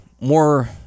more